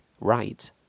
right